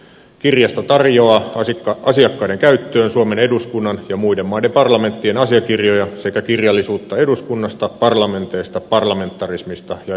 kirjasto tarjoaa asiakkaiden käyttöön suomen eduskunnan ja muiden maiden parlamenttien asiakirjoja sekä kirjallisuutta eduskunnasta parlamenteista parlamentarismista ja edustuksellisesta demokratiasta